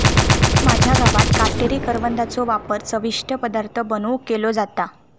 माझ्या गावात काटेरी करवंदाचो वापर चविष्ट पदार्थ बनवुक केलो जाता